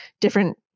different